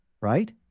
right